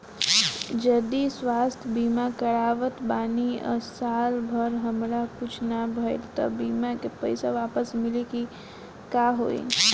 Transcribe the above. जदि स्वास्थ्य बीमा करावत बानी आ साल भर हमरा कुछ ना भइल त बीमा के पईसा वापस मिली की का होई?